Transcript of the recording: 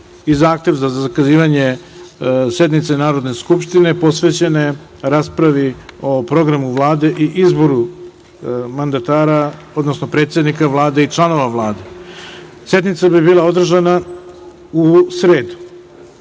i zahtev za zakazivanje sednice Narodne skupštine posvećene raspravi o programu Vlade i izboru mandatara, odnosno predsednika Vlade i članova Vlade. Sednica bi bila održana u